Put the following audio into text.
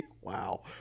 Wow